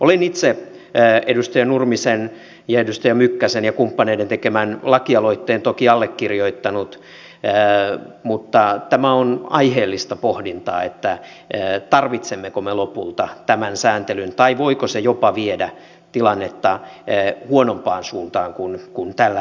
olen itse edustaja nurmisen edustaja mykkäsen ja kumppaneiden tekemän lakialoitteen toki allekirjoittanut mutta tämä on aiheellista pohdintaa että tarvitsemmeko me lopulta tämän sääntelyn tai voiko se jopa viedä tilannetta huonompaan suuntaan kuin tällä hetkellä